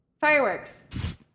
fireworks